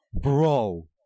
bro